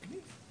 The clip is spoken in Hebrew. אמרה.